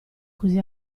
cosí